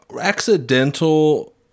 accidental